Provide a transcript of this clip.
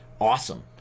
awesome